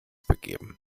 begeben